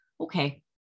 okay